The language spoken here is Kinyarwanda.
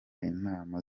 inama